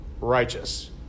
righteous